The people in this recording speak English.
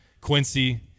Quincy